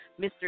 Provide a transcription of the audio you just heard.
Mr